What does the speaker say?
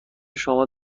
شما